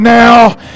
now